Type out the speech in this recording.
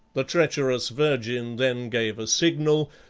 the treacherous virgin then gave a signal,